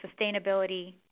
sustainability